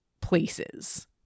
places